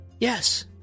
Yes